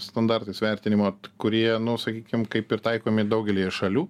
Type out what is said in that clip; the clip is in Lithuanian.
standartais vertinimo kurie sakykim kaip ir taikomi daugelyje šalių